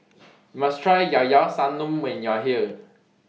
YOU must Try Llao Llao Sanum when YOU Are here